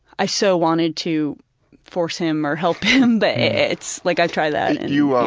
i so wanted to force him or help him, but it's like i've tried that. and you, ah